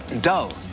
dull